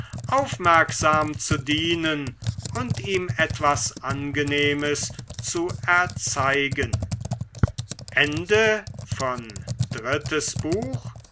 aufmerksam zu dienen und ihm etwas angenehmes zu erzeigen